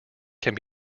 can